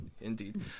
Indeed